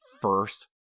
first